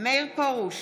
מאיר פרוש,